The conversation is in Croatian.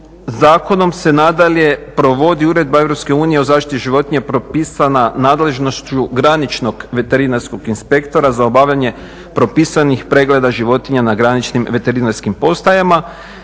Zakonom se nadalje provodi Uredba EU o zaštiti životinja propisana nadležnošću graničnog veterinarskog inspektora za obavljanje propisanih pregleda životinja na graničnim veterinarskim postajama,